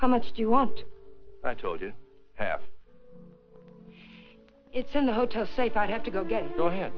how much do you want i told you half is in the hotel safe i have to go get your head